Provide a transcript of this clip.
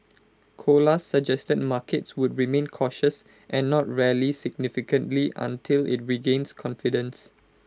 Colas suggested markets would remain cautious and not rally significantly until IT regains confidence